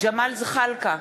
ג'מאל זחאלקה,